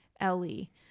Ellie